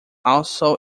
also